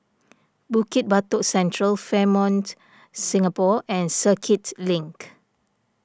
Bukit Batok Central Fairmont Singapore and Circuit Link